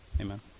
Amen